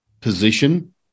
position